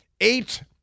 Eight